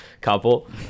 couple